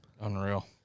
Unreal